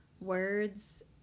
words